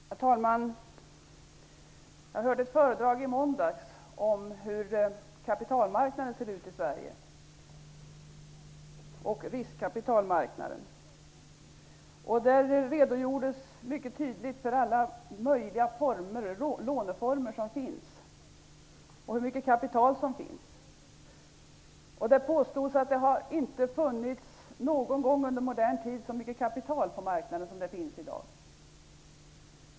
Herr talman! I måndags hörde jag ett föredrag om hur kapitalmarknaden och riskkapitalmarknaden ser ut i Sverige. Där redogjordes mycket tydligt för alla låneformer som finns och hur mycket kapital som finns. Det påstods att det inte någon gång i modern tid har funnits så mycket kapital på marknaden som det finns i dag.